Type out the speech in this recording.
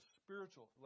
spiritual